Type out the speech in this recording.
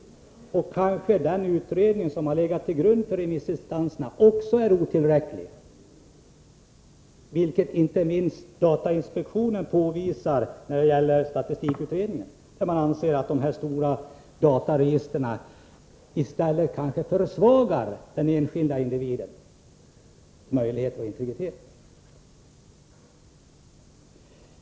Måhända är den utredning som har legat till grund för remissinstansernas arbete också otillräcklig. Det påvisar inte minst datainspektionen när det gäller statistikutredningen. Man säger att de stora dataregistren kanske försämrar den enskildes möjligheter till integritet.